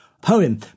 Poem